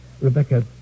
Rebecca